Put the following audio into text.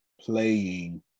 playing